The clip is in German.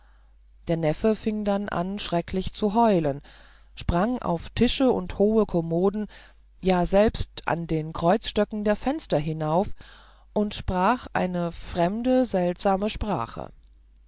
der neffe fing dann an schrecklich zu heulen sprang auf tische und hohe kommode ja selbst an den kreuzstöcken der fenster hinauf und sprach eine fremde seltsame sprache